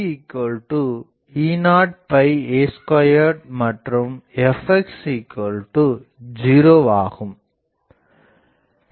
ஆகவே fyE0 a2மற்றும் fx0 ஆகும்